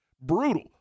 brutal